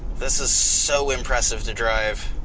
this is so impressive to drive.